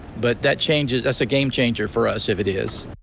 but that changes as a game changer for us it is.